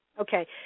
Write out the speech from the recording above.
Okay